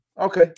Okay